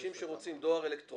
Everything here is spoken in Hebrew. אנשים שרוצים לקבל בדואר אלקטרוני,